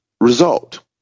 result